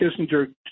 Kissinger –